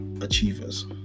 achievers